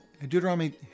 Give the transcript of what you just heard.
Deuteronomy